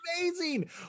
amazing